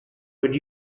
would